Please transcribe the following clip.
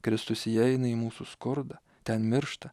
kristus įeina į mūsų skurdą ten miršta